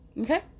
Okay